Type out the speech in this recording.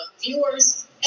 viewers